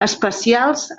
especials